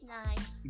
nice